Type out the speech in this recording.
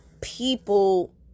people